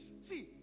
see